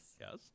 Yes